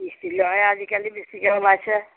ইষ্টিলৰহে আজিকালি বেচিকৈ ওলাইছে